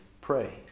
pray